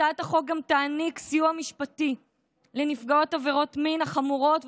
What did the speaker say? הצעת החוק גם תעניק סיוע משפטי לנפגעות עברות מין חמורות,